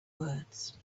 words